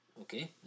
Okay